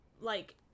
Like-